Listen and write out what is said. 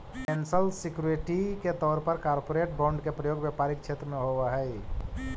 financial security के तौर पर कॉरपोरेट बॉन्ड के प्रयोग व्यापारिक क्षेत्र में होवऽ हई